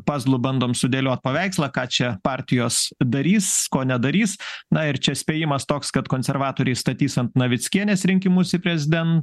pazlų bandom sudėliot paveikslą ką čia partijos darys ko nedarys na ir čia spėjimas toks kad konservatoriai statys ant navickienės rinkimus į preziden